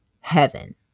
heaven